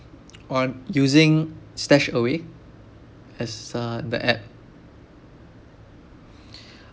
oh I'm using stashaway as uh the app